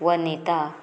Vanita